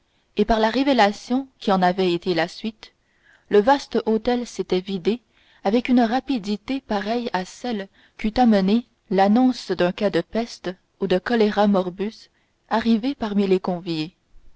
et par la révélation qui en avait été la suite le vaste hôtel s'était vidé avec une rapidité pareille à celle qu'eût amenée l'annonce d'un cas de peste ou de choléra morbus arrivé parmi les conviés